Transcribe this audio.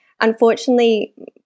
Unfortunately